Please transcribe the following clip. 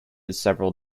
several